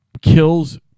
kills